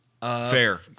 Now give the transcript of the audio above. Fair